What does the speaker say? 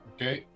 Okay